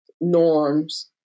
norms